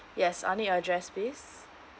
yes I need address please